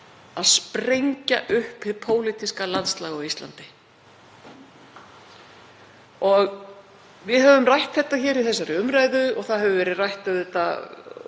að sprengja upp hið pólitíska landslag á Íslandi. Við höfum rætt það í þessari umræðu og það hefur verið rætt oft